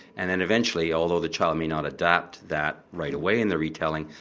and and eventually, although the child may not adopt that right away in the retelling,